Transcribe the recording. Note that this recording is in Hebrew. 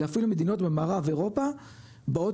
אלא אפילו מדינות במערב אירופה באות